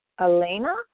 Elena